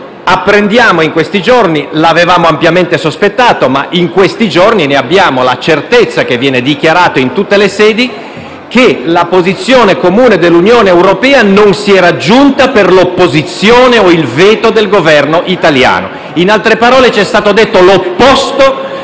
dell'Unione europea. L'avevamo ampiamente sospettato, ma in questi giorni abbiamo la certezza, che viene dichiarata in tutte le sedi, che la posizione comune dell'Unione europea non si è raggiunta per l'opposizione o il veto del Governo italiano, in altre parole c'è stato detto l'opposto